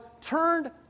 turned